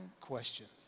questions